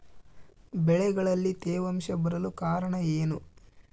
ಬೆಳೆಗಳಲ್ಲಿ ತೇವಾಂಶ ಬರಲು ಕಾರಣ ಏನು?